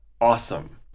awesome